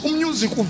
music